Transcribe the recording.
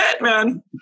man